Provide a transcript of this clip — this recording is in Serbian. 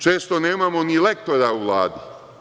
Često nemamo ni lektora u Vladi.